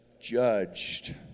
judged